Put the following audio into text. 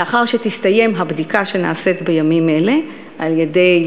לאחר שתסתיים הבדיקה שנעשית בימים אלה על-ידי